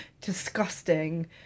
disgusting